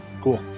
Cool